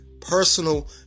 personal